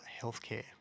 Healthcare